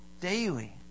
Daily